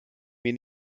mir